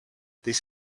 this